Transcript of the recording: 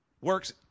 works